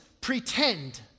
pretend